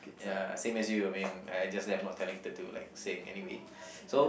ya same as you I mean I just that I'm not telling to do like saying anyway so